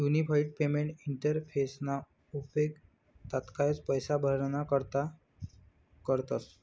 unified payment इंटरफेसना उपेग तात्काय पैसा भराणा करता करतस